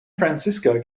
francisco